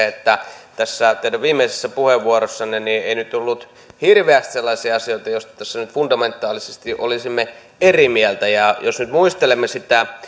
että tässä teidän viimeisessä puheenvuorossanne ei nyt tullut hirveästi sellaisia asioita joista tässä nyt fundamentaalisesti olisimme eri mieltä ja jos nyt muistelemme sitä